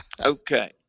okay